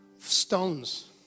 Stones